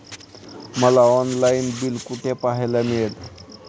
मला online bill कुठे पाहायला मिळेल?